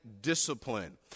discipline